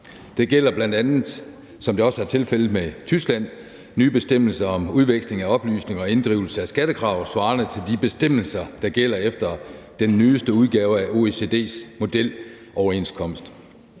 Det gælder bl.a., som det også er tilfældet med Tyskland, nye bestemmelser om udveksling af oplysninger og inddrivelse af skattekrav svarende til de bestemmelser, der gælder efter den nyeste udgave af OECD's modeloverenskomst.